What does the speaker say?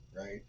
right